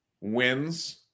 wins